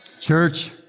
Church